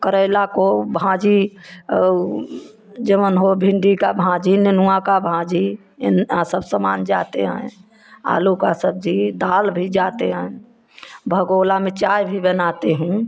करैला को भाजी और जौन हो भिंडी का भाजी नेनुआ का भाजी ये सब समान जाते हैं आलू का सब्जी दाल भी जाते हैं भगौना में चाय भी बनाती हूँ